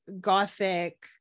gothic